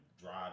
drive